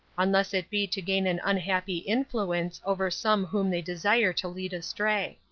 unless it be to gain an unhappy influence over some whom they desire to lead astray.